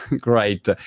great